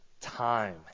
time